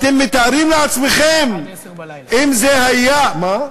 אתם מתארים לעצמכם, אם זה היה, עד 22:00. מה?